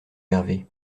herve